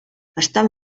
estan